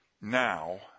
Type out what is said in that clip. now